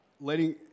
letting